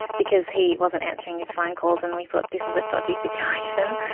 because he wasn't answering his phone calls, and we thought, this is a dodgy situation.